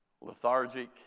lethargic